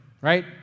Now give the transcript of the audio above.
right